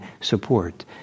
support